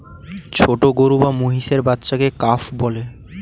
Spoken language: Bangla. ছোট গরু বা মহিষের বাচ্চাকে কাফ বলে